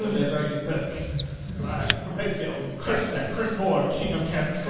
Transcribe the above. and a very good book. and i hope to promote it. um chris chris broad king of kazakhstan.